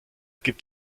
gibt